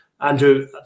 Andrew